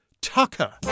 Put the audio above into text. Tucker